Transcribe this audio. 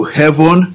heaven